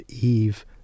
Eve